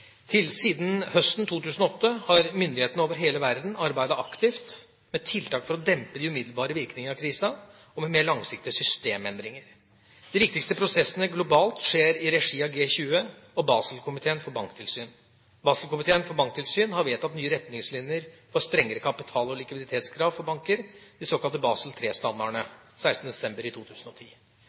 Siden høsten 2008 har myndigheter over hele verden arbeidet aktivt med tiltak for å dempe de umiddelbare virkninger av krisen og med mer langsiktige systemendringer. De viktigste prosessene globalt skjer i regi av G20 og Baselkomiteen for banktilsyn. Baselkomiteen for banktilsyn har vedtatt nye retningslinjer for strengere kapital- og likviditetskrav for banker, de såkalte Basel III-standardene, 16. desember 2010.